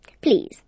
Please